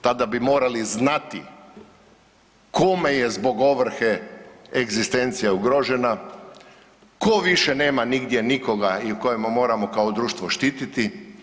Tada bi morali znati kome je zbog ovrhe egzistencija ugrožena, tko više nema nigdje nikoga i o kojima moramo kao društvo štititi.